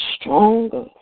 stronger